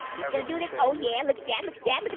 do this oh yeah look at yeah but yeah